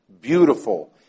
beautiful